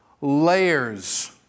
layers